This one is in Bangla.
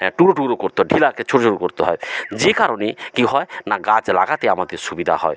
হ্যাঁ টুকরো টুকরো করতে হয় ঢেলাকে ছোটো ছোটো করতে হয় যে কারণে কী হয় না গাছ লাগাতে আমাদের সুবিধা হয়